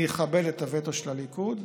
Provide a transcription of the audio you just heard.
אני אכבד את הווטו של הליכוד,